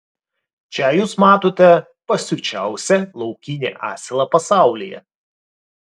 čia jūs matote pasiučiausią laukinį asilą pasaulyje